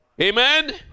Amen